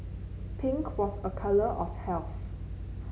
pink was a colour of health